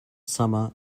summer